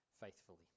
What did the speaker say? faithfully